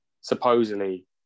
supposedly